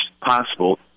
possible